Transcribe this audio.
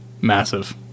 massive